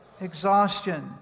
exhaustion